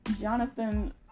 Jonathan